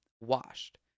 washed